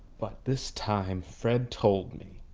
but this time, fred told me.